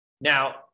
now